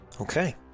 Okay